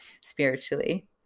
spiritually